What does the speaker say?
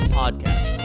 podcast